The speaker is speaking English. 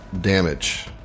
damage